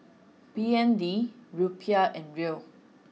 B N D Rupiah and Riel